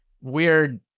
weird